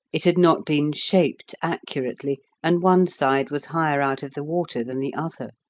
it had not been shaped accurately, and one side was higher out of the water than the other.